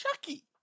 Chucky